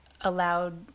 allowed